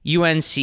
UNC